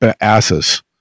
asses